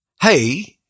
Hey